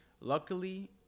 luckily